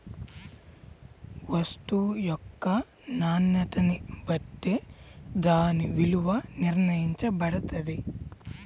వస్తువు యొక్క నాణ్యతని బట్టే దాని విలువ నిర్ణయించబడతది